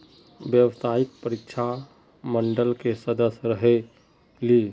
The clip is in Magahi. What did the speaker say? व्यावसायिक परीक्षा मंडल के सदस्य रहे ली?